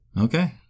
Okay